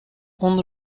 اون